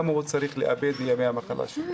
צריך לאבד מימי המחלה שלו.